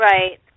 Right